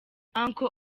uncle